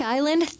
Island